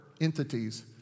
entities